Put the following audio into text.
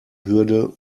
hürde